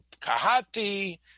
Kahati